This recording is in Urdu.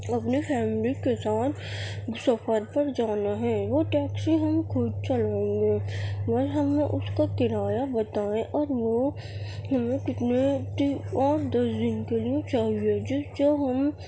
اپنے فیملی کے ساتھ سفر پر جانا ہے وہ ٹیکسی ہم خود چلائیں گے اور ہمیں اس کا کرایہ بتائیں اور وہ ہمیں کتنے آٹھ دس دن کے لیے چاہیے جس سے ہم